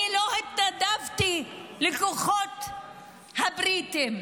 אני לא התנדבתי לכוחות הבריטיים,